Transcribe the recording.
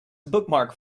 bookmark